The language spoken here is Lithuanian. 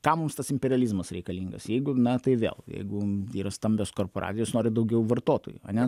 kam mums tas imperializmas reikalingas jeigu na tai vėl jeigu yra stambios korporacijos jos nori daugiau vartotojų ane